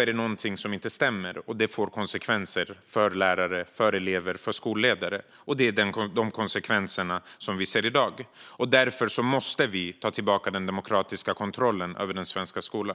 är det någonting som inte stämmer. Det får konsekvenser för lärare, för elever och för skolledare. Det är de konsekvenserna vi ser i dag. Därför måste vi ta tillbaka den demokratiska kontrollen över den svenska skolan.